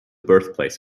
birthplace